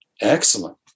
excellent